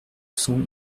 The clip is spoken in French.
cent